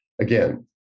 Again